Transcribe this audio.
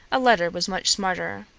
a letter was much smarter.